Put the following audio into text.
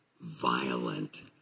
violent